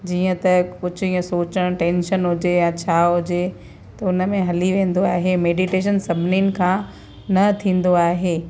जीअं त कुझु ईअं सोचणु टेंशन हुजे या छा हुजे त उन में हली वेंदो आहे मेडीटेशन सभिनीनि खां न थींदो आहे